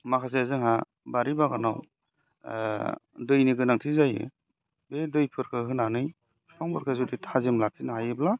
माखासे जोंहा बारि बागानाव दैनि गोनांथि जायो बे दैफोरखौ होनानै बिफांफोरखौ जुदि थाजिम लाखिनो हायोब्ला